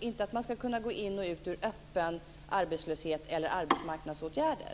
inte att man ska kunna gå in i och ut ur öppen arbetslöshet eller arbetsmarknadsåtgärder.